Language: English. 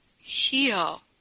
heal